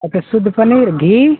okay शुद्ध पनीर घी